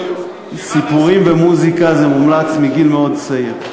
סיפורים ומוזיקה זה מומלץ מגיל מאוד צעיר,